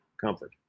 comfort